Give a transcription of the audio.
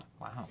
wow